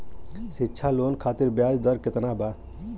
शिक्षा लोन खातिर ब्याज दर केतना बा?